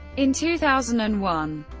in two thousand and one,